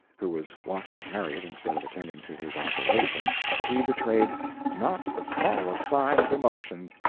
who was watching harriet instead of attending to his operation, she betrayed not the smallest sign of emotion.